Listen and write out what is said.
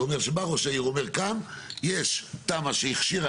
זה אומר שבא ראש העיר ואומר "כאן יש תמ"א שהכשירה